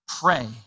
pray